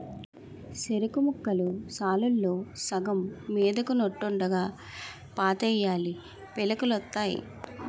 సెరుకుముక్కలు సాలుల్లో సగం మీదకున్నోట్టుగా పాతేయాలీ పిలకలొత్తాయి